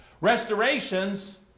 Restorations